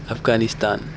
Afghanistan